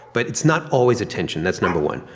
but it's not always a tension. that's number one.